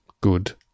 Good